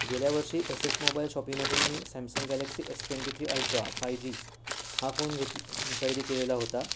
गेल्या वर्षी S S mobile शॉपीमधून मी Samsung Galaxy S twenty three Ultra five G हा फोन घेत खरेदी केलेला होता